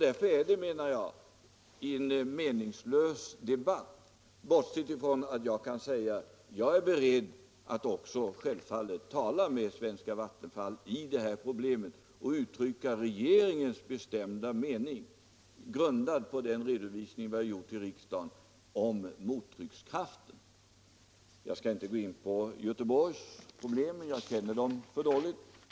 Därför är detta, menar jag, en meningslös debatt bortsett från att jag kan säga: Jag är självfallet beredd att tala med Vattenfall om detta problem och uttrycka regeringens bestämda mening grundad på den redovisning som vi har gjort i riksdagen om mottryckskraftverk. Jag skall inte gå in på Göteborgs problem — jag känner för dåligt till dem.